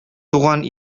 туган